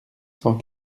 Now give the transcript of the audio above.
cent